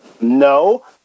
No